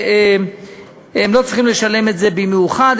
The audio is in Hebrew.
במאוחד,